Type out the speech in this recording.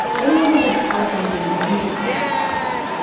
right away they could tell something interesting was happening.